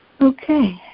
Okay